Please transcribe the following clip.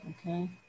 Okay